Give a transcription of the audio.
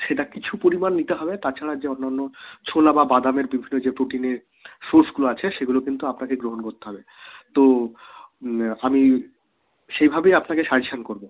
সেটা কিছু পরিমাণ নিতে হবে তাছাড়া যে অন্যান্য ছোলা বা বাদামের বিভিন্ন যে প্রোটিনের ফ্রুট্সগুলো আছে সেগুলো কিন্তু আপনাকে গ্রহণ করতে হবে তো আমি সেইভাবেই আপনাকে সাজেশান করবো